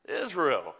Israel